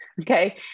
Okay